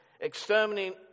exterminating